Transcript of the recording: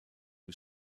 who